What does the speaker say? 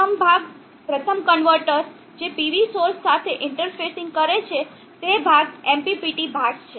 પ્રથમ ભાગ પ્રથમ કન્વર્ટર જે PV સોર્સ સાથે ઇન્ટરફેસિંગ કરે છે તે MPPT ભાગ છે